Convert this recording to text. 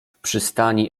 przystani